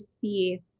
see